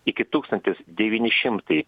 iki tūkstantis devyni šimtai